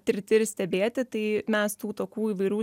tirti ir stebėti tai mes tų tokių įvairių